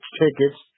tickets